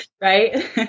right